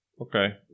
okay